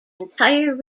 entire